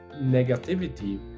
negativity